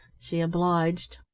she obliged.